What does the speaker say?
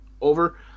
over